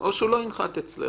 או שהוא לא ינחת אצלכם.